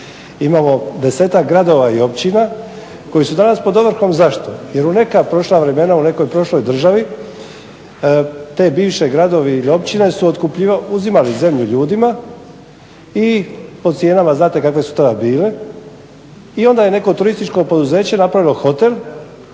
imamo desetak gradova i općina koji su danas pod ovrhom, zašto? Jer u neka prošla vremena, u nekoj prošloj državi te bivši gradovi ili općine su otkupljivali, uzimali zemlju ljudima i po cijenama znate kakve su tada bile i onda je neko turističko poduzeće napravilo hotel